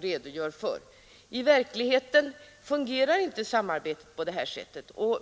redogör för. I verkligheten fungerar inte samarbetet på detta sätt.